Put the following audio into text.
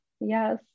Yes